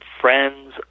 friends